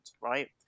right